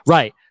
Right